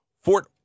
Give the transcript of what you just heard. Fort